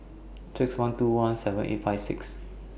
six one two one seven eight five six